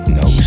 no